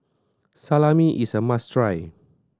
salami is a must try